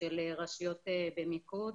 של רשויות במיקוד,